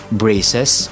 braces